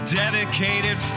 dedicated